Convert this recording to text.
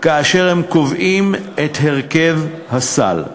כאשר קובעים את הרכב הסל.